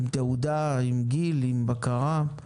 עם תעודה, עם גיל, עם בקרה.